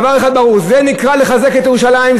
דבר אחד ברור: זה נקרא לחזק את ירושלים?